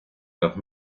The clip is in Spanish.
los